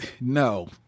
no